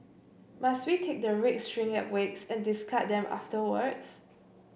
must we take the red string at wakes and discard them afterwards